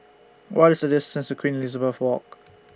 What IS The distance to Queen Elizabeth Walk